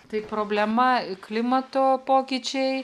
tai problema klimato pokyčiai